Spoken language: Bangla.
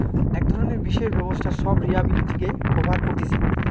এক ধরণের বিশেষ ব্যবস্থা সব লিয়াবিলিটিকে কভার কতিছে